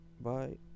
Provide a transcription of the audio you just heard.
Bye